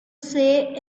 say